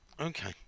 Okay